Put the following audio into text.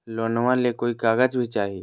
लोनमा ले कोई कागज भी चाही?